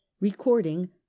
Recording